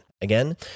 Again